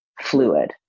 fluid